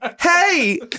Hey